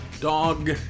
Dog